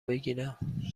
بگیرم